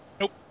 Nope